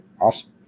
awesome